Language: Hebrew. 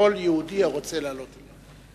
לכל יהודי הרוצה לעלות אליה.